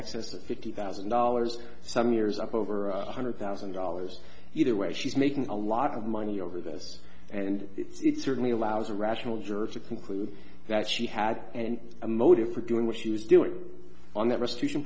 excess of fifty thousand dollars some years up over one hundred thousand dollars either way she's making a lot of money over this and it's certainly allows a rational jurors to conclude that she had and a motive for doing what she was doing on that restitution